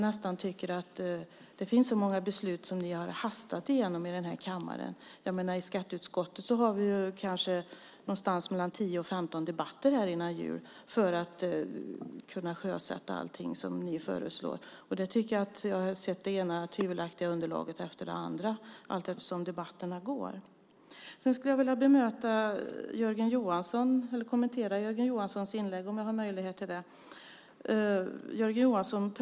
Det finns ju så många beslut som ni har hastat igenom i den här kammaren. I skatteutskottet har vi kanske någonstans mellan tio och femton debatter före jul för att kunna sjösätta allting som ni föreslår. Och jag tycker att jag har sett det ena tvivelaktiga underlaget efter det andra allteftersom debatterna går. Sedan skulle jag vilja kommentera Jörgen Johanssons inlägg, om jag har möjlighet till det.